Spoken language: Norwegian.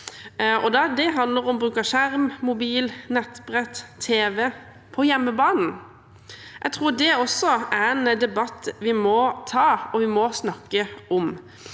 det handler om bruk av skjerm, mobil, nettbrett og tv på hjemmebane. Jeg tror det også er en debatt vi må ta og noe vi